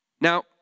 Now